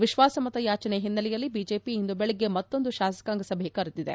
ವಿಶ್ವಾಸಮತ ಯಾಚನೆ ಹಿನ್ನೆಲೆಯಲ್ಲಿ ಬಿಜೆಪಿ ಇಂದು ಬೆಳಗ್ಗೆ ಮತ್ತೊಂದು ಶಾಸಕಾಂಗ ಸಭೆ ಕರೆದಿದೆ